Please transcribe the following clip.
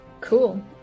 Cool